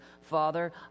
Father